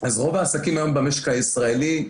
אז רוב העסקים היום במשק הישראלי,